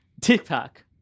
TikTok